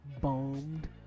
Bombed